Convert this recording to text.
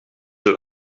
een